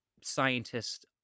scientists